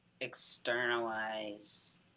externalize